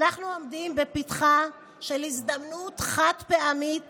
אנחנו עומדים בפתחה של הזדמנות חד-פעמית